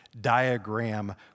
diagram